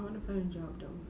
I want to find a job though